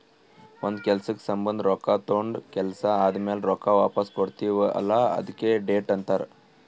ಒಂದ್ ಕೆಲ್ಸಕ್ ಸಂಭಂದ ರೊಕ್ಕಾ ತೊಂಡ ಕೆಲ್ಸಾ ಆದಮ್ಯಾಲ ರೊಕ್ಕಾ ವಾಪಸ್ ಕೊಡ್ತೀವ್ ಅಲ್ಲಾ ಅದ್ಕೆ ಡೆಟ್ ಅಂತಾರ್